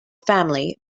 family